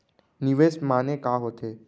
निवेश माने का होथे?